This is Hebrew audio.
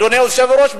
אדוני היושב-ראש,